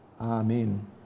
Amen